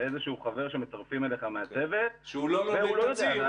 איזשהו חבר שמצרפים אליך מהצוות והוא לא מכיר כלום,